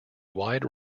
wide